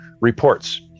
reports